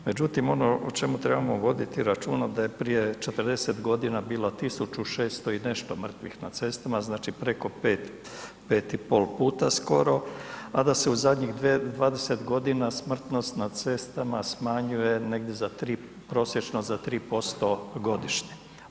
Međutim, ono o čemu trebamo voditi računa da je prije 40.g. bilo 1600 i nešto mrtvih na cestama, znači preko 5, 5 i pol puta skoro, a da se u zadnjih 20.g. smrtnost na cestama smanjuje negdje za 3, prosječno za 3% godišnje.